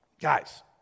Guys